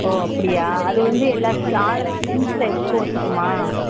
ஓ அப்படியா அது வந்து எல்லா ஸ் ஆல் ஸ்கின்ஸ் செல்ஸ்ஸுக்கும் ஒத்துக்குமா